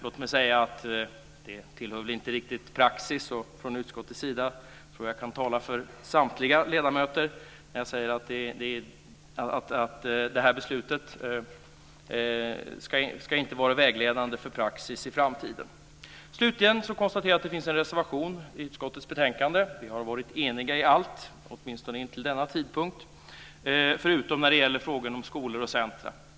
Jag tror att jag kan tala för utskottets samtliga ledamöter när jag säger att det här beslutet inte ska vara vägledande för praxis i framtiden. Slutligen konstaterar jag att det finns en reservation i utskottets betänkande. Vi har varit eniga om allt, åtminstone intill denna tidpunkt, förutom när det gäller frågor om skolor och centrum.